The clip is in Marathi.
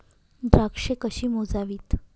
द्राक्षे कशी मोजावीत?